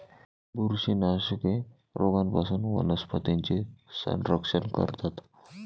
बुरशीनाशके रोगांपासून वनस्पतींचे संरक्षण करतात